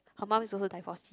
her mum is also divorce